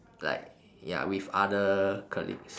like ya with other colleagues